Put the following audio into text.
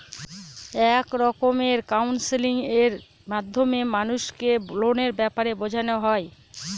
এক রকমের কাউন্সেলিং এর মাধ্যমে মানুষকে লোনের ব্যাপারে বোঝানো হয়